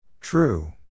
True